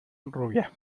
rubia